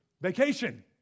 vacation